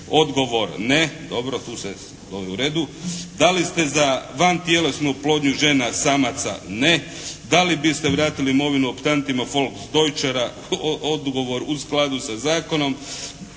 Odgovor ne. Dobro. Tu se, u redu. Da li ste za van tjelesnu oplodnju žena samaca? Ne. Da li biste vratili imovinu …/Govornik se ne razumije./… voolks deutschera. Odgovor, u skladu sa zakonom.